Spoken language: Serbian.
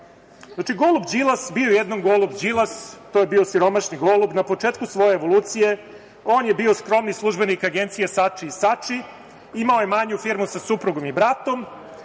godina. Znači, golub Đilas, bio jednom golub Đilas, to je bio siromašni golub. Na početku svoje evolucije, on je bi skromni službenik agencije „Sači i Sači“, imao je manju firmu sa suprugom i bratom.